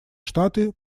штаты